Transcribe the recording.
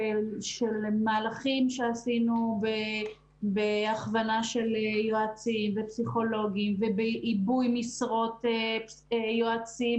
מהלכים שעשינו בהכוונה של יועצים ופסיכולוגים ובעיבוי משרות יועצים,